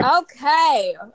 okay